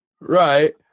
Right